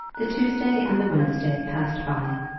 the tuesday and the wednesday passed by,